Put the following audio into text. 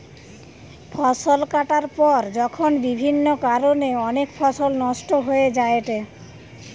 ফসল কাটার পর যখন বিভিন্ন কারণে অনেক ফসল নষ্ট হয়ে যায়েটে